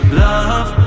love